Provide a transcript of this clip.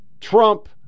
Trump